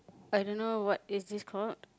I don't know what is this called